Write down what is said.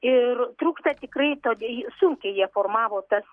ir trūksta tikrai todė sunkiai jie formavo tas